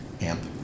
AMP